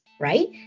right